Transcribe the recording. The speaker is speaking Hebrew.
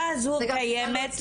זה גם בכלל לא אצלנו,